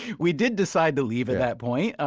we did decide to leave at that point,